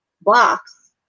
box